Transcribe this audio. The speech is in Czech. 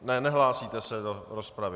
Ne, nehlásíte se do rozpravy.